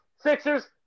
Sixers